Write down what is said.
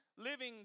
Living